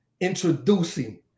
introducing